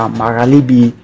maralibi